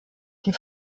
die